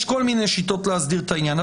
יש כל מיני שיטות להסדיר את העניין,